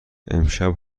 امشب